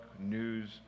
news